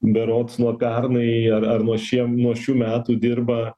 berods nuo pernai ar ar nuo šie nuo šių metų dirba